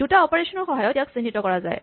দুটা অপাৰেচনৰ সহায়ত ইয়াক চিহ্নিত কৰা যায়